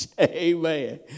Amen